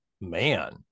man